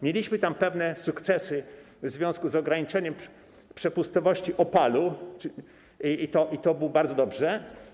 Mieliśmy tam pewne sukcesy w związku z ograniczeniem przepustowości OPAL-u, i to było bardzo dobre.